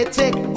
take